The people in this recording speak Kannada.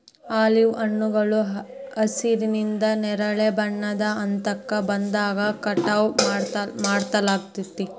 ಆಲಿವ್ ಹಣ್ಣುಗಳು ಹಸಿರಿನಿಂದ ನೇರಳೆ ಬಣ್ಣದ ಹಂತಕ್ಕ ಬಂದಾಗ ಕಟಾವ್ ಮಾಡ್ಲಾಗ್ತೇತಿ